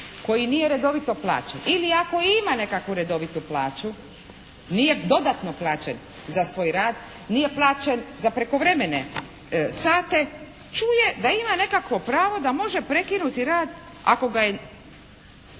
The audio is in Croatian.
koji nije redovito plaćen ili ako i ima nekakvu redovitu plaću nije dodatno plaćen za svoj rad, nije plaćen za prekovremene sate čuje da ima nekakvo pravo da može prekinuti rad ako ga je